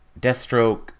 Deathstroke